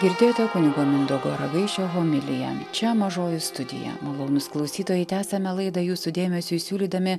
girdėjote kunigo mindaugo ragaišio homiliją čia mažoji studija malonūs klausytojai tęsiame laidą jūsų dėmesiui siūlydami